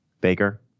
Baker